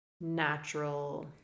natural